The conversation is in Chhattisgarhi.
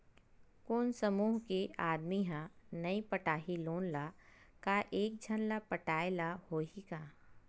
कोन समूह के आदमी हा नई पटाही लोन ला का एक झन ला पटाय ला होही का?